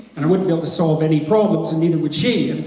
and i wouldn't be able to solve any problems and neither would she,